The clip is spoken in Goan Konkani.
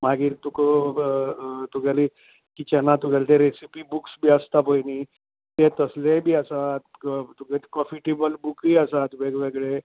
मागीर तुका तुगेले किचनांतले रेसिपी बुक्स बी आसता पळय नी ते तसलेय बी आसात तुका तुगेले प्रॉफिटेबलूय आसात वेग वेगळे